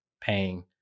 paying